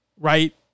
right